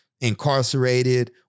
incarcerated